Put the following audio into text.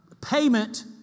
payment